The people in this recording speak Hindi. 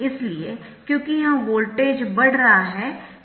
इसलिए क्योंकि यह वोल्टेज बढ़ रहा है करंट कम हो जाएगा